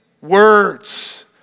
words